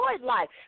life